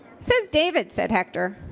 says david, said hector.